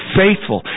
faithful